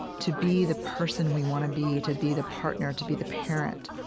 to be the person we want to be, to be the partner, to be the parent,